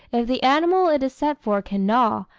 if the animal it is set for can gnaw,